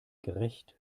gerecht